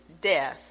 death